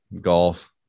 golf